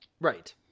Right